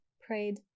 prayed